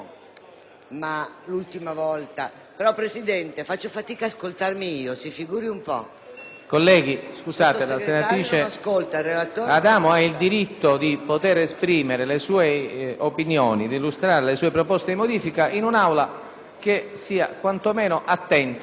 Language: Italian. Colleghi, la senatrice Adamo ha il diritto di poter esprimere le sue opinioni ed illustrare le sue proposte di modifica in un'Assemblea che sia quanto meno attenta. Chi non è attento è invitato a lasciare l'Aula.